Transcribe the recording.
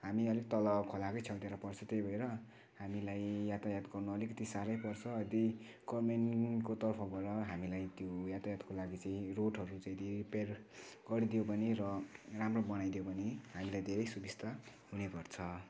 हामी अलिक तल खोलाकै छेउतिर पर्छ त्यही भएर हामीलाई यातायात गर्नु अलिकति साह्रै पर्छ त्यही गभर्मेन्टको तर्फबाट हामीलाई त्यो यातायातको लागि चाहिँ रोडहरू चाहिँ यदि रिपेयर गरिदियो भने र राम्रो बनाइदियो भने हामीलाई धेरै सुविस्ता हुनेगर्छ